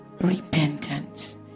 Repentance